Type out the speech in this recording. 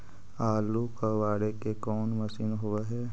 आलू कबाड़े के कोन मशिन होब है?